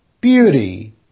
beauty